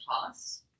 class